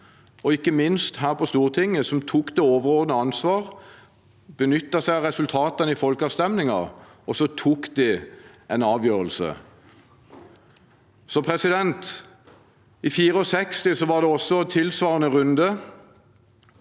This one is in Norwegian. og ikke minst her på Stortinget, som tok det overordnede ansvaret, benyttet seg av resultatet av folkeavstemningene og tok en avgjørelse. I 1964 var det også en tilsvarende runde.